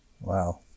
wow